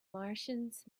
martians